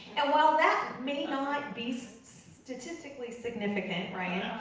and while that may not be so statistically significant, ryan.